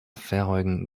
verheugen